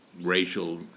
racial